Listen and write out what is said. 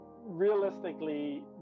realistically